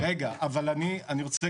אבל אני רוצה